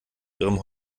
ihrem